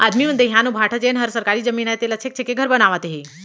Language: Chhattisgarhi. आदमी मन दइहान अउ भाठा जेन हर सरकारी जमीन अय तेला छेंक छेंक के घर बनावत हें